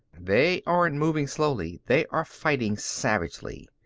they aren't moving slowly, they are fighting savagely.